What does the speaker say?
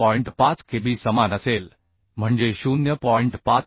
5 kb समान असेल म्हणजे 0